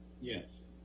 yes